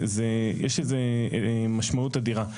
יש לזה משמעות אדירה.